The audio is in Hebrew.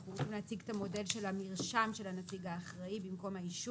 אנחנו נציג את המודל של המרשם של הנציג האחראי במקום האישור.